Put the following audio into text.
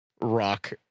rock